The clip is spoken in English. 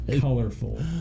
Colorful